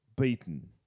beaten